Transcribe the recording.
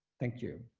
thank you.